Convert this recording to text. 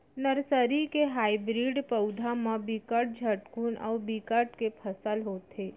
nursery के hybrid पउधा म बिकट झटकुन अउ बिकट के फसल होथे